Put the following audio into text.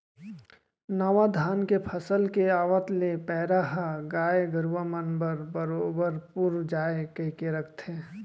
नावा धान के फसल के आवत ले पैरा ह गाय गरूवा मन बर बरोबर पुर जाय कइके राखथें